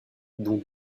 dont